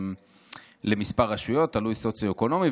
תלוי סוציו-אקונומי,